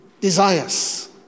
desires